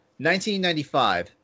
1995